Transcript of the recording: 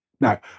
Now